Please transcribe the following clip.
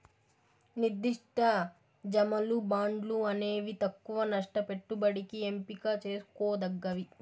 నిర్దిష్ట జమలు, బాండ్లు అనేవి తక్కవ నష్ట పెట్టుబడికి ఎంపిక చేసుకోదగ్గవి